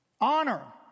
Honor